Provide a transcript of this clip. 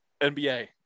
NBA